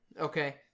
Okay